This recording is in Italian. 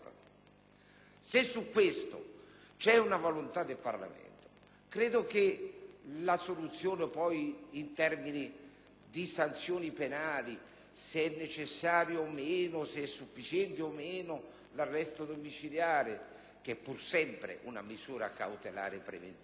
Se su questo aspetto c'è la volontà del Parlamento, credo si possa trovare una soluzione in termini di sanzioni penali (se è necessario o meno, se è sufficiente o meno l'arresto domiciliare, che è pur sempre una misura cautelare preventiva).